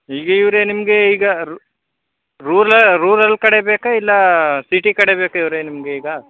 ಈಗ ಇವರೇ ನಿಮಗೆ ಈಗ ರೂರ ರೂರಲ್ ಕಡೆ ಬೇಕಾ ಇಲ್ಲ ಸಿಟಿ ಕಡೆ ಬೇಕಾ ಇವರೇ ನಿಮಗೆ ಈಗ